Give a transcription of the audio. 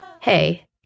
Hey